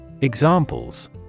Examples